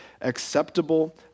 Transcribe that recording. acceptable